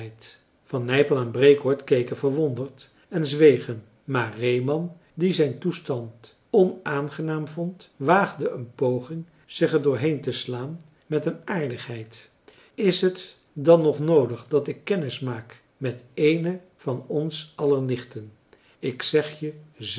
van nypel en breekoord keken verwonderd en zwegen maar reeman die zijn toestand onaangenaam vond waagde een poging zich er doorheenteslaan met een aardigheid is het dan nog noodig dat ik kennis maak met eene van ons aller nichten ik zeg je